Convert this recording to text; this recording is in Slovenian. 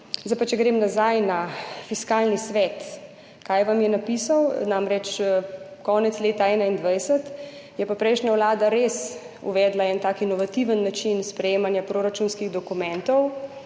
zdaj nazaj na Fiskalni svet. Kaj vam je napisal? Konec leta 2021 je namreč prejšnja vlada res uvedla en tak inovativen način sprejemanja proračunskih dokumentov.